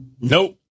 Nope